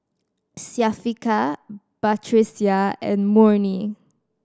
Syafiqah Batrisya and Murni